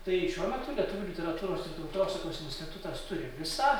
tai šiuo metu lietuvių literatūros ir tautosakos institutas turi visą